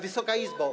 Wysoka Izbo!